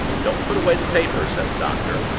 don't put away the paper, said the doctor,